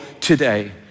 today